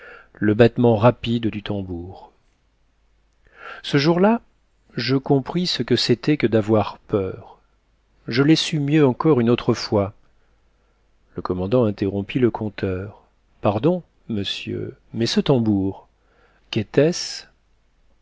le battement rapide du tambour ce jour-là je compris ce que c'était que d'avoir peur je l'ai su mieux encore une autre fois le commandant interrompit le conteur pardon monsieur mais ce tambour qu'était-ce